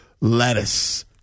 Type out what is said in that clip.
lettuce